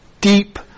deep